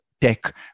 Tech